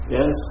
Yes